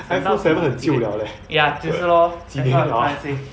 想到 ya 就是 lor that's what I'm trying to say